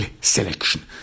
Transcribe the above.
selection